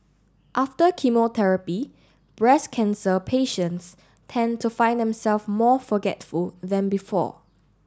after chemotherapy breast cancer patients tend to find themselves more forgetful than before